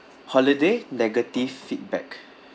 holiday negative feedback